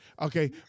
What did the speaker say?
Okay